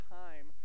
time